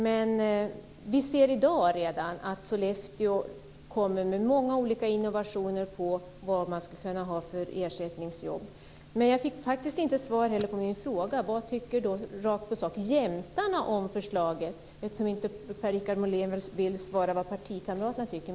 Men vi ser redan i dag att Sollefteå kommer med många olika innovationer på vad man ska kunna ha för ersättningsjobb. Jag fick inte heller svar på min fråga vad jämtarna tycker om förslaget, eftersom Per-Richard Molén inte vill svara på vad partikamraterna tycker.